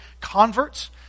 converts